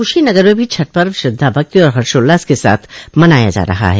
कुशीनगर में भी छठ पर्व श्रद्धा भक्ति और हर्षोल्लास के साथ मनाया जा रहा है